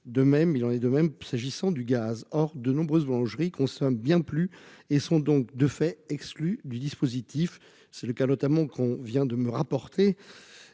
De même, il en est de même s'agissant du gaz. Or, de nombreuses boulangeries consomme bien plus et sont donc de fait exclus du dispositif, c'est le cas notamment qu'on vient de me rapporter